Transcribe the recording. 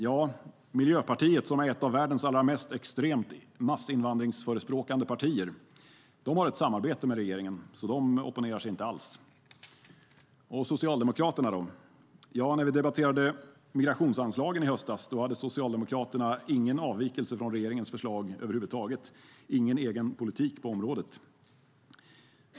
Ja, Miljöpartiet, som är ett av världens allra mest extremt massinvandringsförespråkande partier, har ett samarbete med regeringen, så det opponerar sig inte alls. Hur är det då med Socialdemokraterna? Ja, när vi debatterade migrationsanslagen i höstas hade Socialdemokraterna ingen avvikelse från regeringens förslag över huvud taget och ingen egen politik på området.